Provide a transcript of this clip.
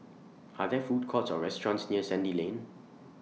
Are There Food Courts Or restaurants near Sandy Lane